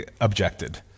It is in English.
objected